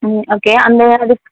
ம் ஓகே அந்த அதுக்